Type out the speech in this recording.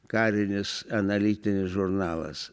karinis analitinis žurnalas